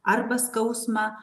arba skausmą